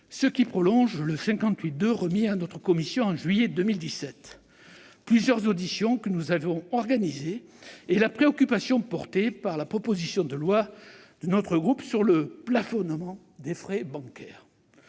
de la LOLF et remise à notre commission en juillet 2017, plusieurs auditions que nous avons organisées et la préoccupation que traduit la proposition de loi de notre groupe sur le plafonnement des frais bancaires.